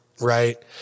right